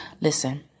Listen